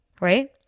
Right